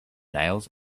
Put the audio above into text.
nails